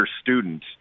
student